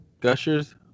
Gushers